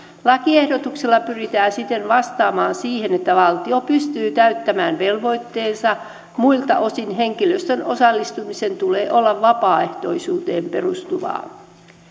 lakiehdotuksella pyritään siten vastaamaan siihen että valtio pystyy täyttämään velvoitteensa muilta osin henkilöstön osallistumisen tulee olla vapaaehtoisuuteen perustuvaa